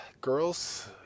girls